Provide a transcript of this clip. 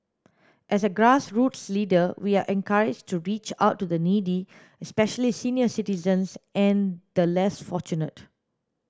as a grassroots leader we are encouraged to reach out to the needy especially senior citizens and the less fortunate